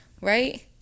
right